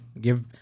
Give